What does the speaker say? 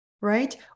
right